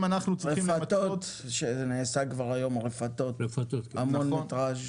רפתות, זה נעשה ברפתות כבר היום, זה המון מטראז'.